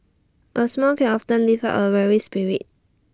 A smile can often lift up A weary spirit